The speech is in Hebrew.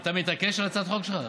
אתה מתעקש על הצעת החוק שלך?